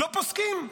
לא פוסקים.